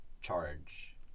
charge